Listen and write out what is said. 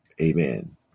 Amen